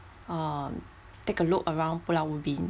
um take a look around pulau ubin